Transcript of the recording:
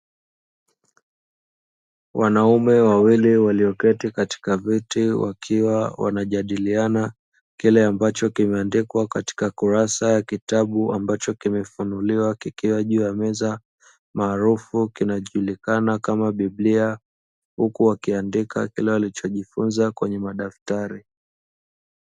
Wanaume wawili walioketi katika viti wanajadiliana kile ambacho kimeandikwa katika kurasa ya Kitabu. Ambacho kimefunuliwa kikiwa juu ya meza maarufu kinajulikana kama "Biblia". Huku wakiandika kile walichojifunza kwenye madaftari.